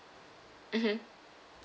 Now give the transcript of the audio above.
mmhmm